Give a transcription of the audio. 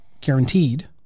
guaranteed